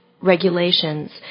regulations